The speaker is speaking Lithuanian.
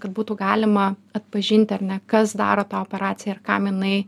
kad būtų galima atpažinti ar ne kas daro tą operaciją ir kam jinai